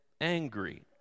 angry